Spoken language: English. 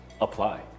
apply